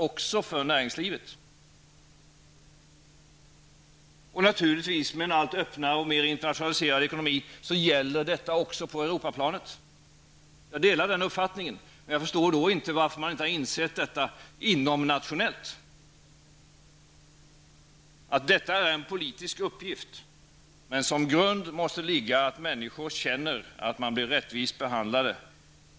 Med en allt öppnare och mer internationaliserad ekonomi gäller detta naturligtvis också på Europaplanet. Jag delar den uppfattningen, men jag förstår då inte varför man inte på det nationella planet har insett detta. Detta är en politisk uppgift, men som grund måste ligga att människor känner att de blir rättvist behandlade.